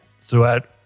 throughout